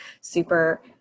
super